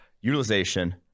utilization